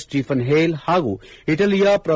ಸ್ಪೀಫನ್ Hale ಹಾಗೂ ಇಟೆಲಿಯ pro